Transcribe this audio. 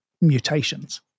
mutations